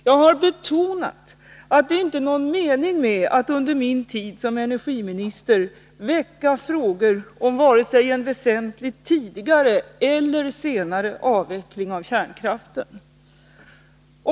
Jag har betonat att det inte är någon mening med att under min tid som energiminister väcka frågor om vare sig en väsentligt tidigare eller senare avveckling av kärnkraften.